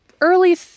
early